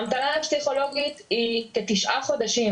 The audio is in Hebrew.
ההמתנה לפסיכולוגית היא כתשעה חודשים,